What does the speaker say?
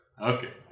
Okay